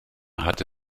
hatte